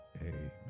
amen